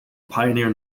pioneer